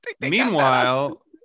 Meanwhile